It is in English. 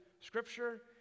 scripture